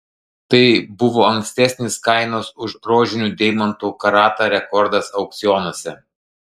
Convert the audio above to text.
tai buvo ankstesnis kainos už rožinių deimantų karatą rekordas aukcionuose